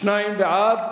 שניים בעד.